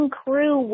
crew